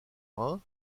rhin